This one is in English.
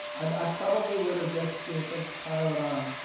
i probably would have just you know said pile it on.